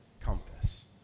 compass